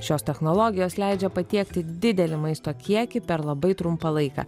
šios technologijos leidžia patiekti didelį maisto kiekį per labai trumpą laiką